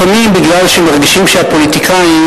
לפעמים כי מרגישים שהפוליטיקאים,